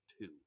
two